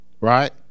right